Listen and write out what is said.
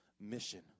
mission